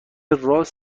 راس